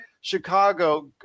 Chicago